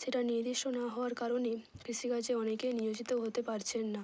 সেটা নির্দিষ্ট না হওয়ার কারণে কৃষিকাজে অনেকে নিয়োজিত হতে পারছেন না